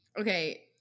Okay